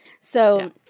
So-